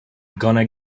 gonna